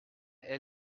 est